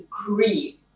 agree